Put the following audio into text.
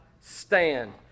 Stand